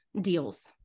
deals